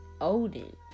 odin